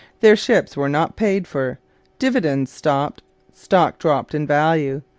their ships were not paid for dividends stopped stock dropped in value.